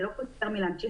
זה לא פוטר מלהמשיך לשלם.